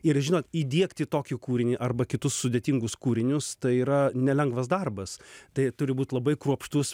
ir žinot įdiegti tokį kūrinį arba kitus sudėtingus kūrinius tai yra nelengvas darbas tai turi būt labai kruopštus